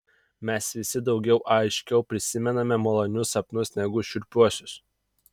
mes visi daug aiškiau prisimename malonius sapnus negu šiurpiuosius